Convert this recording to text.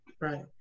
Right